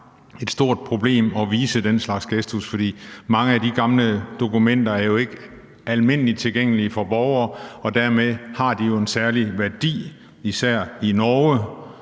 et stort problem at vise sådan en gestus, for mange af de gamle dokumenter er jo ikke almindeligt tilgængelige for borgerne, og dermed har de jo en særlig værdi, især i Norge,